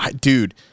dude